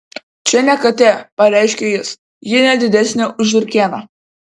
čia ne katė pareiškė jis ji ne didesnė už žiurkėną